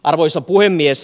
arvoisa puhemies